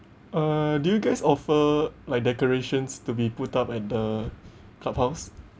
uh do you guys offer like decorations to be put up at the clubhouse